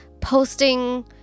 posting